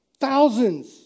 Thousands